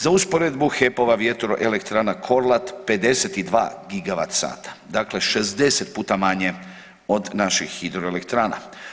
Za usporedbu HEP-ova vjetroelektrana Korlat 52 gigavat sata, dakle 60 puta manje od naših hidroelektrana.